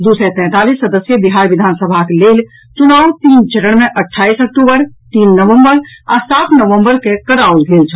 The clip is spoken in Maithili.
दू सय तैंतालीस सदस्यीय बिहार विधानसभाक लेल चुनाव तीन चरण मे अट्ठाईस अक्टूबर तीन नवम्बर आ सात नवम्बर के कराओल गेल छल